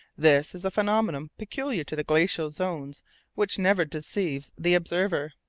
this is a phenomenon peculiar to the glacial zones which never deceives the observer.